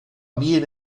bien